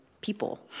people